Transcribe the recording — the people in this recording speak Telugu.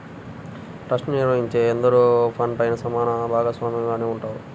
ట్రస్ట్ ని నిర్వహించే వారందరూ ఫండ్ పైన సమాన భాగస్వామిగానే ఉంటారు